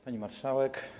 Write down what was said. Pani Marszałek!